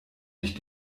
nicht